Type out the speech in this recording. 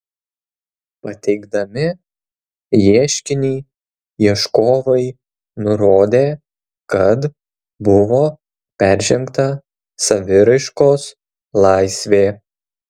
pateikdami ieškinį ieškovai nurodė kad buvo peržengta saviraiškos laisvė